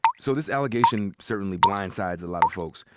so this allegation certainly blindsides a lot of folks.